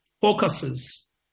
focuses